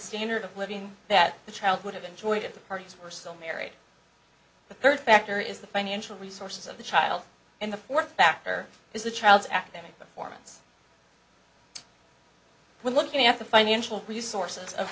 standard of living that the child would have enjoyed if the parties were still married the third factor is the financial resources of the child and the worth factor is the child's academic performance when looking at the financial resources of